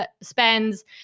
spends